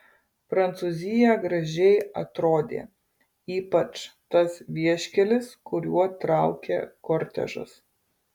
prancūzija gražiai atrodė ypač tas vieškelis kuriuo traukė kortežas